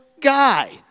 guy